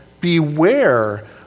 beware